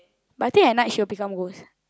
but I think at night she will become worse